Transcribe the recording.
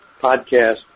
podcast